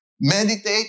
Meditate